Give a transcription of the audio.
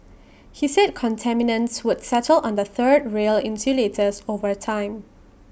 he said contaminants would settle on the third rail insulators over time